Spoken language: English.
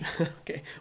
Okay